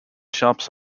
shops